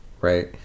right